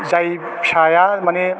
जाय फिसाया मानि